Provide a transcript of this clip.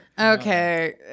okay